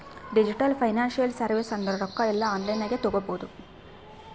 digital financial service ಅಂದುರ್ ರೊಕ್ಕಾ ಎಲ್ಲಾ ಆನ್ಲೈನ್ ನಾಗೆ ತಗೋಬೋದು